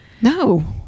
no